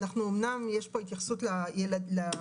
אנחנו אמנם יש פה התייחסות להורים,